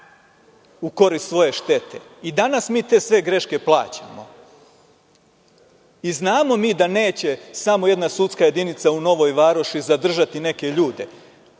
u korist svoje štete i danas mi te sve greške plaćamo. Znamo mi da neće samo jedna sudska jedinica u Novoj Varoši zadržati neke ljude,